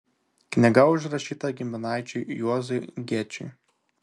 knyga užrašyta giminaičiui juozui gečiui